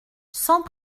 sans